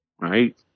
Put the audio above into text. Right